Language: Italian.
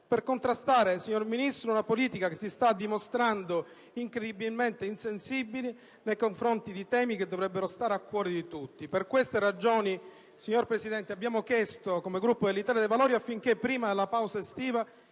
per contrastare una politica che si sta dimostrando incredibilmente insensibile nei confronti di temi che dovrebbero a tutti stare a cuore. Per tali ragioni, signor Presidente, abbiamo chiesto come Gruppo dell'Italia dei Valori che prima della pausa estiva